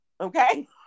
Okay